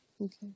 Okay